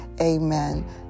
Amen